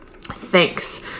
Thanks